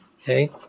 Okay